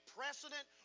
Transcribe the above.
precedent